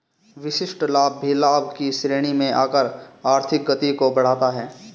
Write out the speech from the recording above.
विशिष्ट लाभ भी लाभ की श्रेणी में आकर आर्थिक गति को बढ़ाता है